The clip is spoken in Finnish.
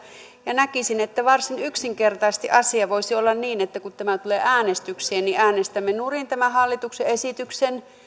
ja näkisin että varsin yksinkertaisesti asia voisi olla niin että kun tämä tulee äänestykseen äänestämme nurin tämän hallituksen esityksen